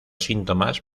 síntomas